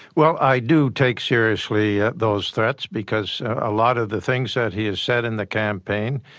well, i do take seriously those threats. because a lot of the things that he has said in the campaign,